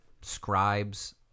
scribes